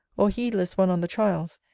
or heedless one on the child's,